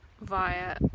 via